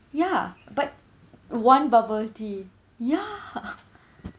ya but one bubble tea ya